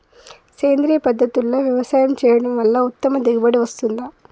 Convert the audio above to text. సేంద్రీయ పద్ధతుల్లో వ్యవసాయం చేయడం వల్ల ఉత్తమ దిగుబడి వస్తుందా?